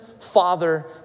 Father